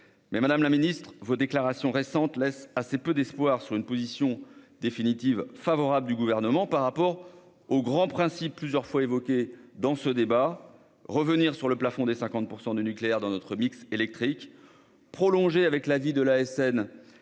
Madame la ministre, vos déclarations récentes laissent toutefois assez peu d'espoir quant à une position favorable du Gouvernement sur les grands principes plusieurs fois évoqués dans ce débat : revenir sur le plafond des 50 % de nucléaire dans notre mix électrique, prolonger, avec l'avis de l'ASN,